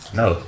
no